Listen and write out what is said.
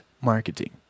marketing